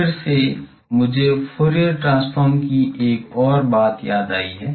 अब फिर से मुझे फूरियर ट्रांसफॉर्म की एक और बात याद आई